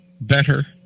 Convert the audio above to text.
better